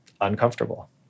uncomfortable